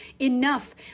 enough